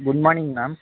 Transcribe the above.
good morning ma'am